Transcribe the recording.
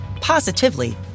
positively